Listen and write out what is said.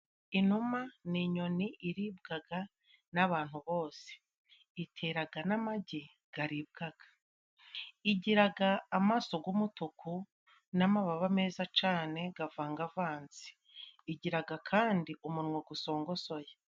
Inuma ni inyoni iribwa n'abantu bose, itera n'amagi aribwa, igira amaso y'umutuku n'amababa meza cyane avangavanze, igira kandi umunwa usongosoye.